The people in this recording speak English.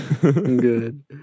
Good